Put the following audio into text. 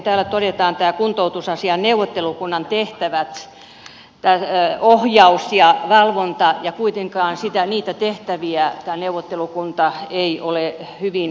täällä todetaan kuntoutusasiain neuvottelukunnan tehtävät ohjaus ja valvonta ja kuitenkaan niitä tehtäviä tämä neuvottelukunta ei ole hyvin toteuttanut